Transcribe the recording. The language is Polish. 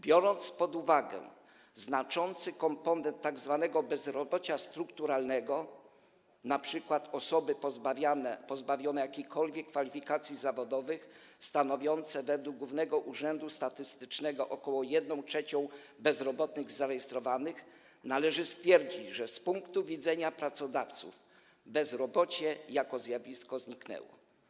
Biorąc pod uwagę znaczący komponent tzw. bezrobocia strukturalnego - np. osoby pozbawione jakichkolwiek kwalifikacji zawodowych, stanowiące według Głównego Urzędu Statystycznego ok. 1/3 zarejestrowanych bezrobotnych - należy stwierdzić, że z punktu widzenia pracodawców bezrobocie jako zjawisko zniknęło.